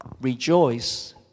rejoice